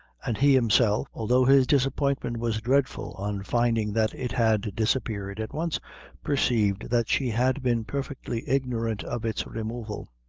and he himself, although his disappointment was dreadful on finding that it had disappeared, at once perceived that she had been perfectly ignorant of its removal.